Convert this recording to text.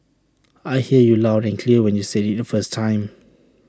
I heard you loud and clear when you said IT the first time